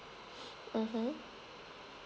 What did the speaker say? mmhmm